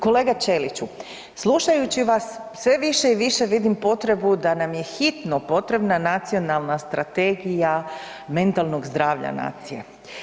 Kolega Ćeliću slušajući vas sve više i više vidim potrebu da nam je hitno potrebna nacionalna strategija mentalnog zdravlja nacije.